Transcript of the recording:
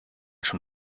schon